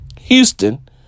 Houston